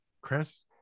Chris